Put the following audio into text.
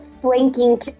Flanking